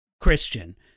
Christian